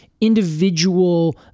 individual